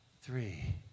three